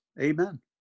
Amen